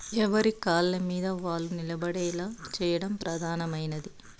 ఎవరి కాళ్ళమీద వాళ్ళు నిలబడేలా చేయడం ప్రధానమైనది